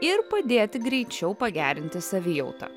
ir padėti greičiau pagerinti savijautą